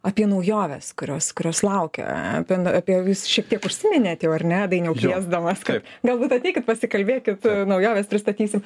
apie naujoves kurios kurios laukia apie apie jūs šiek tiek užsiminėt jau ar ne dainiau kviesdamas kad galbūt ateikit pasikalbėkit naujoves pristatysim